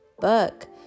book